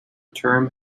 term